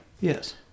Yes